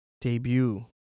debut